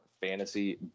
Fantasy